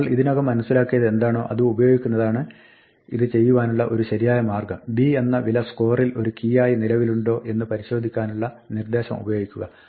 നമ്മൾ ഇതിനകം മനസ്സിലാക്കിയത് എന്താണോ അത് ഉപയോഗിക്കുന്നതാണ് ഇത് ചെയ്യുവാനുള്ള ഒരു ശരിയായ മാർഗ്ഗം b എന്ന വില സ്കോറിൽ ഒരു കീ ആയി നിലവിലുണ്ടോ എന്ന് പരിശോധിക്കുവാനുള്ള നിർദ്ദേശം ഉപയോഗിക്കുക